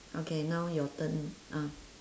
okay now your turn ah